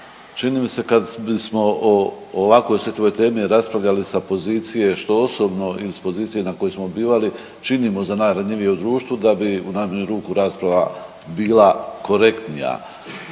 Čini mi se kad sam o ovakvoj osjetljivoj temi raspravljali sa pozicije što osobno ili s pozicije na kojoj smo bivali činimo za najranjivije u društvu da bi u najmanju ruku rasprava bila korektnija.